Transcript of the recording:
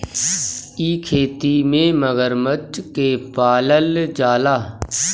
इ खेती में मगरमच्छ के पालल जाला